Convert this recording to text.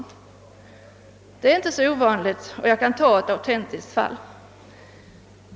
Detta är inte så ovanligt. Jag kan ta ett autentiskt fall som exempel.